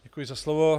Děkuji za slovo.